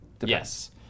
Yes